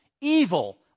evil